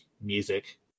music